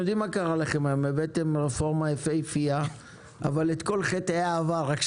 הבאתם היום רפורמה יפהפייה אבל את כל חטאי העבר.